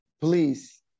Please